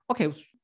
okay